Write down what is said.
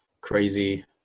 crazy